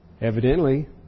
evidently